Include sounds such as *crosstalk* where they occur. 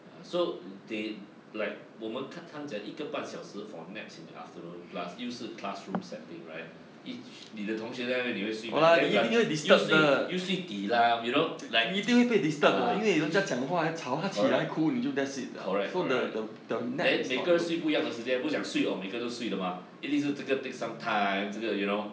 so they like 我们看看在一个半小时 for naps in the afternoon plus 又是 classroom setting right eac~ 你的同学在那边你会睡 meh then plus 又睡又睡地 lah ah *noise* correct correct correct then 每一个人睡不一样的时间不想睡 or 每个人都睡的吗一定是这个 take some time 这个 you know